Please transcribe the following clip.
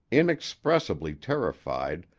inexpressibly terrified,